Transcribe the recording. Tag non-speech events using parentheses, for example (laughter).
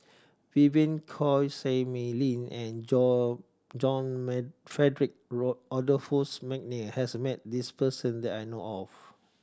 Vivien Quahe Seah Mei Lin and (unintelligible) John may Frederick (unintelligible) Adolphus McNair has met this person that I know of